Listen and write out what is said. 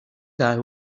guy